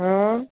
હં